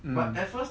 mm